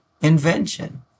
invention